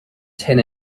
ten